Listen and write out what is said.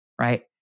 right